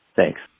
Thanks